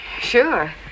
Sure